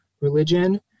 religion